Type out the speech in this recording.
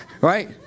right